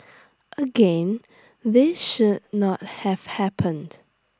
again this should not have happened